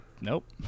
Nope